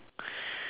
the s~